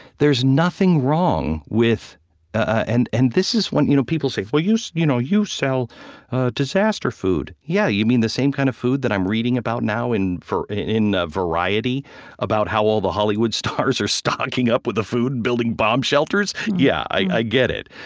there's nothing wrong with and and this is when you know people say, well, you you know you sell disaster food. yeah, you mean the same kind of food that i'm reading about now in ah variety about how all the hollywood stars are stocking up with the food, building bomb shelters? yeah, i get it.